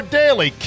daily